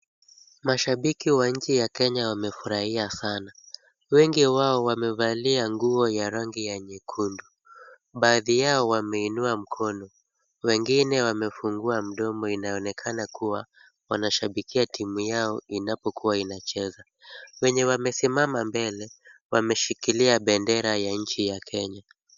Mashabiki wa nchi ya Kenya wamefurahia sana. Wengi wao wamevalia nguo ya rangi ya nyekundu. Baadhi yao wameinua mkono. Wengine wamefungua mdomo inaonekana kuwa wanashabikia timu yao inapokuwa inacheza. Wenye wamesimama mbele, wameshikilia bendera ya nchi ya Kenya.